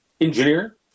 engineer